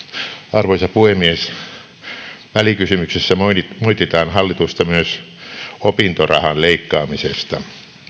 arvoisa puhemies välikysymyksessä moititaan hallitusta myös opintorahan leikkaamisesta